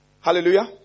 Hallelujah